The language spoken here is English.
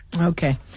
Okay